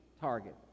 target